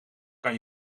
kan